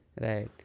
Right